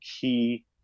key